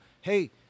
Hey